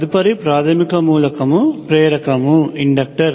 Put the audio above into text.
తదుపరి ప్రాథమిక మూలకము ప్రేరకముఇండక్టర్